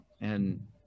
and-